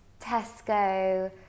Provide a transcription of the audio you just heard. Tesco